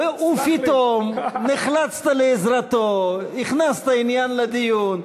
ופתאום נחלצת לעזרתו, הכנסת עניין לדיון.